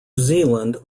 zealand